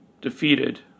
defeated